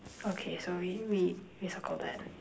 okay sorry we we circled that